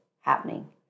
happening